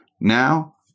Now